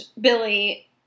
Billy